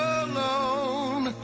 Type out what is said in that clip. alone